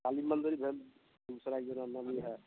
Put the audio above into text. काली मन्दिर भेल बेगूसरायमे भी मन्दिर हइ